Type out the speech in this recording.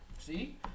See